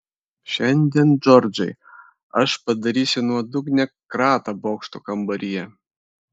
šiandien džordžai aš padarysiu nuodugnią kratą bokšto kambaryje